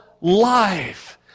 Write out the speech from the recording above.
life